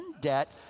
debt